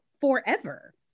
forever